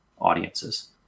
audiences